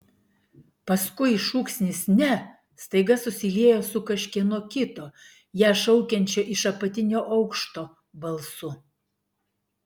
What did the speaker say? paskui šūksnis ne staiga susiliejo su kažkieno kito ją šaukiančio iš apatinio aukšto balsu